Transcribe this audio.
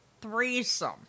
threesome